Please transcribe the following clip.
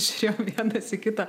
žiūrėjom vienas į kitą